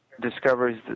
discovers